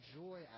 joy